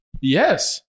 Yes